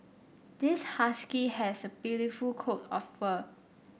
this husky has a beautiful coat of fur